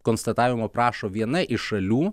konstatavimo prašo viena iš šalių